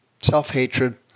self-hatred